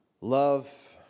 love